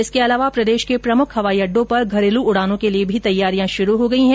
इसके अलावा प्रदेश के प्रमुख हवाई अड्डों पर घरेलू उड़ानों के लिए भी तैयारियां शुरू हो गयी है